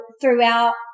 throughout